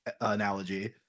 analogy